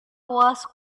was